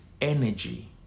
energy